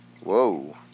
Whoa